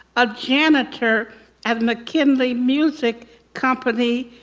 a janitor at mckinley music company,